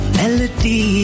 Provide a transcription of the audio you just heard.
melody